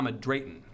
Drayton